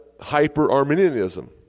hyper-Arminianism